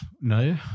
no